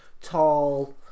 tall